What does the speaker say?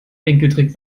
enkeltrick